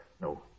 no